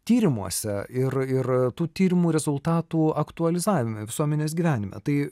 tyrimuose ir ir tų tyrimų rezultatų aktualizavime visuomenės gyvenime tai